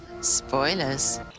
Spoilers